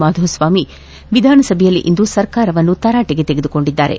ಮಾಧುಸ್ವಾಮಿ ವಿಧಾನಸಭೆಯಲ್ಲಿಂದು ಸರ್ಕಾರವನ್ನು ತರಾಟಿಗೆ ತೆಗೆದುಕೊಂಡಿದ್ದಾರೆ